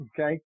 okay